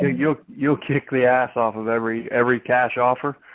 ah you'll you'll kick the ass off of every every cash offer.